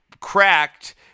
cracked